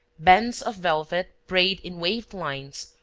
bands of velvet, braid in waved lines,